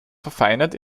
verfeinert